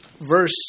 verse